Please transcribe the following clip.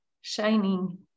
Shining